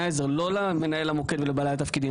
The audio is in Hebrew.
עזר" לא "למנהל המוקד ולבעלי התפקידים.